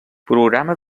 programa